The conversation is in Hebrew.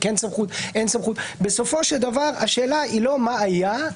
יש סמכות או אין סמכות בסופו של דבר היא לא מה היה,